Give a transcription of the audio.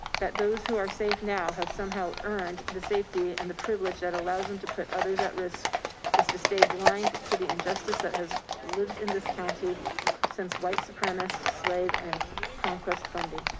that those who are safe now have somehow earned the safety and the privilege that allows them to put others at risk is to stay blind to the injustice that has lived in this county since white supremacy, slave and conquest funding,